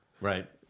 Right